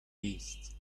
east